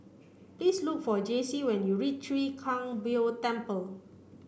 please look for Jacey when you reach Chwee Kang Beo Temple